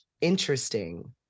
interesting